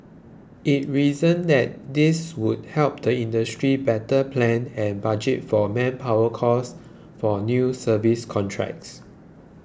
it reasoned that this would helped the industry better plan and budget for manpower costs for new service contracts